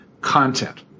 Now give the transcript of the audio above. content